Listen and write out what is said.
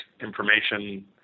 information